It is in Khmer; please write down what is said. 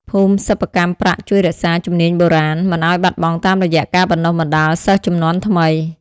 ភូមិសិប្បកម្មប្រាក់ជួយរក្សា ជំនាញបូរាណ មិនឱ្យបាត់បង់តាមរយៈការបណ្តុះបណ្តាលសិស្សជំនាន់ថ្មី។